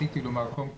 קודם כל,